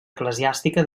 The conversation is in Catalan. eclesiàstica